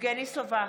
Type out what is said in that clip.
יבגני סובה,